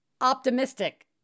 optimistic